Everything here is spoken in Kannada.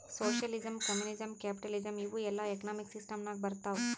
ಸೋಷಿಯಲಿಸಮ್, ಕಮ್ಯುನಿಸಂ, ಕ್ಯಾಪಿಟಲಿಸಂ ಇವೂ ಎಲ್ಲಾ ಎಕನಾಮಿಕ್ ಸಿಸ್ಟಂ ನಾಗ್ ಬರ್ತಾವ್